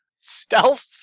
Stealth